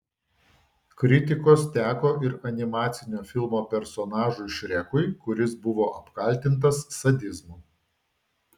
kritikos teko ir animacinio filmo personažui šrekui kuris buvo apkaltintas sadizmu